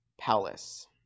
palace